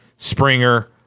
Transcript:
Springer